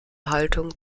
haltung